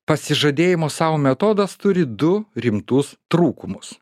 pasižadėjimo sau metodas turi du rimtus trūkumus